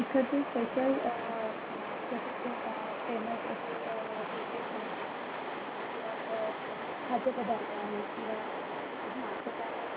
इकडचे स्पेशल इकडचे म्हणजे फेमस असे डिशेस आहेत किंवा खाद्यपदार्थ आहेत किंवा हां तर त्याबद्